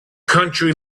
country